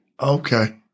Okay